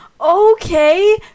okay